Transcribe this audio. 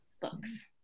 books